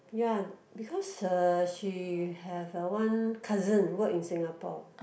ya because uh she have ah one cousin work in Singapore